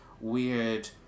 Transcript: weird